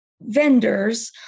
vendor's